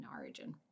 origin